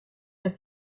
est